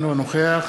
אינו נוכח